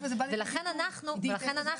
ולכן אנחנו העלינו.